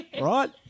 Right